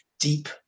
deep